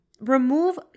Remove